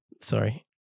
Sorry